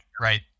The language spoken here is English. right